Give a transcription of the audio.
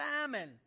famine